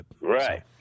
Right